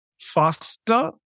faster